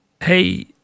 hey